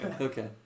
okay